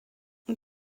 und